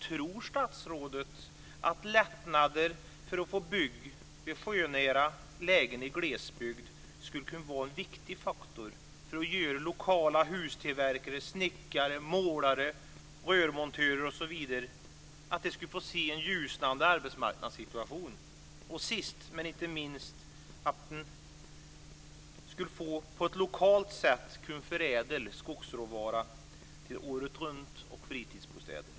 Tror statsrådet att lättnader för att få bygga vid sjönära lägen i glesbygd skulle kunna vara en viktig faktor för att lokala hustillverkare, snickare, målare, rörmontörer osv. skulle få se en ljusnande arbetsmarknadssituation och sist, men inte minst, att lokal skogsråvara skulle kunna förädlas till åretruntoch fritidsbostäder?